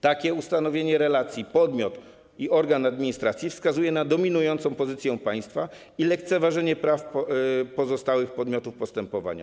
Takie ustanowienie relacji podmiot - organ administracji wskazuje na dominującą pozycję państwa i lekceważenie praw pozostałych podmiotów postępowania.